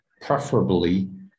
preferably